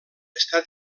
està